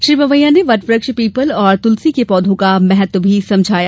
श्री पवैया ने वट वृक्ष पीपल और तुलसी के पौधों का महत्व भी समझाया